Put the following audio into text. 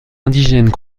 indigènes